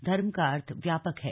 धर्म का अर्थ व्यापक है